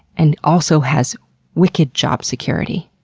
and also has wicked job security.